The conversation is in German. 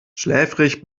schläfrig